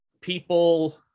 people